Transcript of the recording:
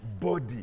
body